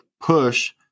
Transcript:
push